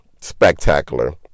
Spectacular